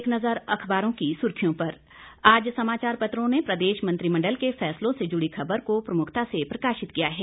एक नज़र अखबारों की सुर्खियों पर आज समाचार पत्रों ने प्रदेश मंत्रिमंडल के फैसलों से जुड़ी खबर को प्रमुखता से प्रकाशित किया है